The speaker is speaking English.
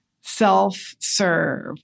self-serve